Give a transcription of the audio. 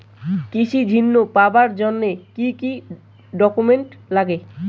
কৃষি ঋণ পাবার জন্যে কি কি ডকুমেন্ট নাগে?